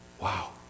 Wow